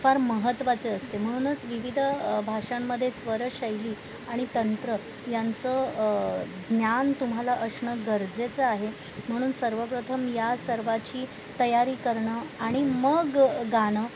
फार महत्त्वाचे असते म्हणूनच विविध भाषांमध्ये स्वरशैली आणि तंत्र यांचं ज्ञान तुम्हाला असणं गरजेचं आहे म्हणून सर्वप्रथम या सर्वाची तयारी करणं आणि मग गाणं